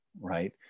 right